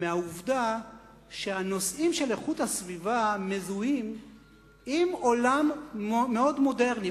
מהעובדה שהנושאים של איכות הסביבה מזוהים עם עולם מאוד מודרני,